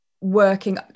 working